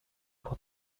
pour